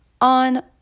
on